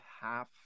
half